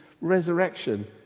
resurrection